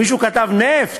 מישהו כתב נפט?